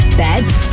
beds